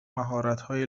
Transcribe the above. مهارتهای